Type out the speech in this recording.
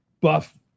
buff